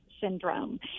syndrome